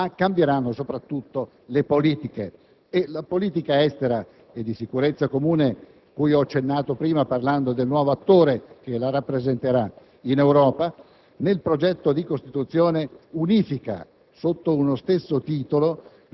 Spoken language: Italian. la Costituzione europea non cambieranno soltanto le istituzioni ma cambieranno soprattutto le politiche. La politica estera e di sicurezza comune, cui ho accennato prima parlando del nuovo attore che la rappresenterà in Europa,